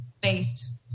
based